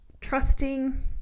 trusting